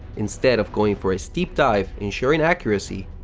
instead of going for a steep dive, ensuring accuracy,